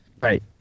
Right